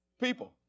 People